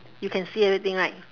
you can see everything right